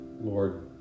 Lord